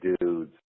dudes